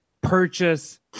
purchase